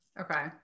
Okay